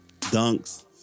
Dunks